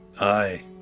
Aye